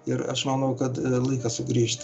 ir aš manau kad laikas sugrįžti